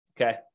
Okay